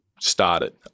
started